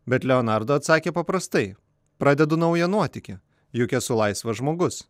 bet leonardo atsakė paprastai pradedu naują nuotykį juk esu laisvas žmogus